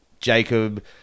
Jacob